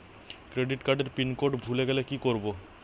Credit কার্ডের pin code ভুলে গেলে কি করব?